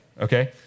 okay